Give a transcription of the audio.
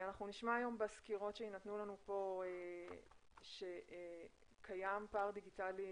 אנחנו נשמע בסקירות שיינתנו לנו פה שקיים פער דיגיטלי,